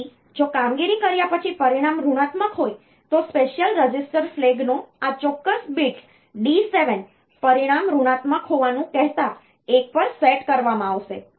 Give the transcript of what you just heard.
તેથી જો કામગીરી કર્યા પછી પરિણામ ઋણાત્મક હોય તો સ્પેશિયલ રજિસ્ટર ફ્લેગનો આ ચોક્કસ bits D7 પરિણામ ઋણાત્મક હોવાનું કહેતા એક પર સેટ કરવામાં આવશે